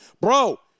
bro